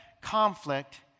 conflict